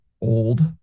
old